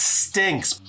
stinks